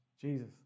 Jesus